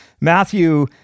Matthew